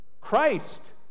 Christ